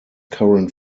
current